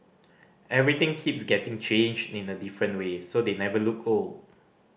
everything keeps getting changed in a different way so they never look old